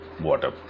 water